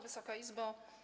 Wysoka Izbo!